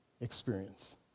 experience